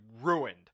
ruined